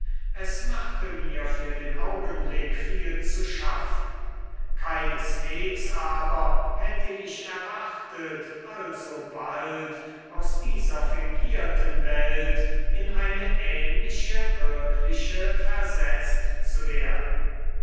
es machte mir für den augenblick viel zu schaffen keineswegs aber hätte ich erwartet alsobald aus dieser fingierten welt in eine ähnliche wirkliche versetzt zu werden